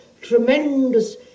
tremendous